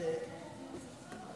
אדוני היושב-ראש.